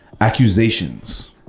accusations